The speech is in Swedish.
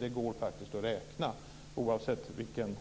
Det går att räkna fram, oavsett vilken